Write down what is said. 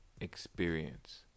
experience